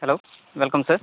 hello welcome sir